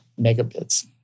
megabits